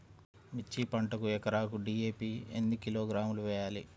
మిర్చి పంటకు ఎకరాకు డీ.ఏ.పీ ఎన్ని కిలోగ్రాములు వేయాలి?